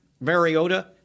Mariota